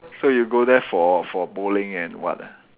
so you go there for for bowling and what ah